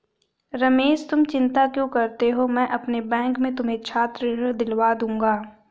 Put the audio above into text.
रमेश तुम चिंता क्यों करते हो मैं अपने बैंक से तुम्हें छात्र ऋण दिलवा दूंगा